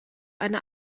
eine